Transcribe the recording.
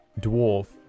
dwarf